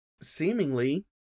seemingly